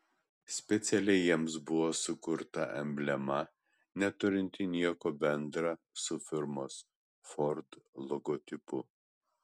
specialiai jiems buvo sukurta emblema neturinti nieko bendra su firmos ford logotipu